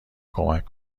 کمک